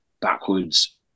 backwards